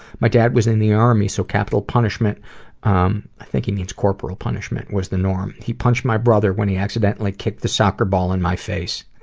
my dad was in the army, so capital punishment-i um think he means corporal punishment-was the norm. he punched my brother when he accidentally kicked the soccer ball in my face.